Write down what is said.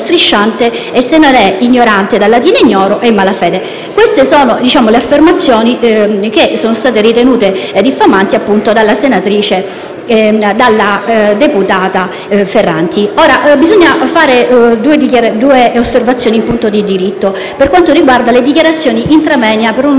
E se non è ignorante, dal latino ignoro, è in malafede». Queste sono le affermazioni che sono state ritenute diffamanti dalla deputata Ferranti. Bisogna fare due osservazioni in punto di diritto per quanto riguarda le dichiarazioni *intra moenia* pronunciate in